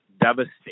devastating